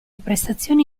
prestazioni